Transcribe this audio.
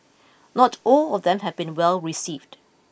not all of them have been well received